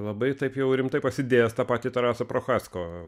labai taip jau rimtai pasidėjęs tą patį terasą prochasko